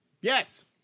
Yes